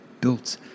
built